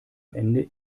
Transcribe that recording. ende